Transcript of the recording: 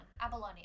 abalone